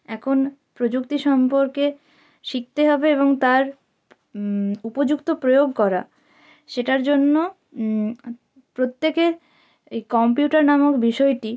এখন প্রযুক্তি সম্পর্কে শিখতে হবে এবং তার উপযুক্ত প্রয়োগ করা সেটার জন্য প্রত্যেকে এই কম্পিউটার নামক বিষয়টি